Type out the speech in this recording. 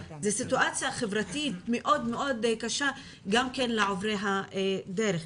זה סיטואציה חברתית מאוד מאוד קשה גם כן לעוברי הדרך.